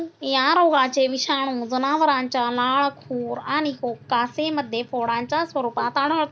या रोगाचे विषाणू जनावरांच्या लाळ, खुर आणि कासेमध्ये फोडांच्या स्वरूपात आढळतात